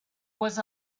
was